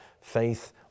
Faith